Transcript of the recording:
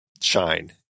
shine